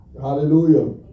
Hallelujah